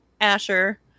Asher